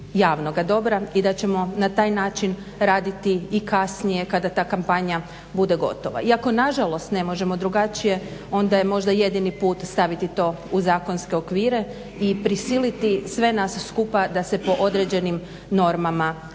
javnoga dobra i da ćemo na taj način raditi i kasnije kada ta kampanja bude gotova. Iako nažalost ne možemo drugačije onda je možda jedini put staviti to u zakonske okvire i prisiliti sve nas skupa da se po određenim normama ponašamo.